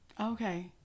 Okay